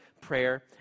prayer